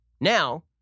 Now